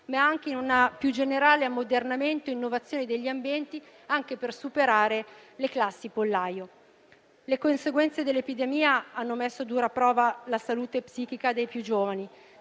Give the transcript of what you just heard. ma anche in un più generale ammodernamento e in un'innovazione degli ambienti anche per superare le "classi pollaio". Le conseguenze dell'epidemia hanno messo a dura prova la salute psichica dei più giovani.